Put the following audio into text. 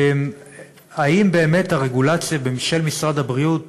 האם באמת הרגולציה של משרד הבריאות